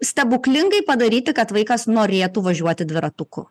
stebuklingai padaryti kad vaikas norėtų važiuoti dviratuku